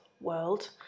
world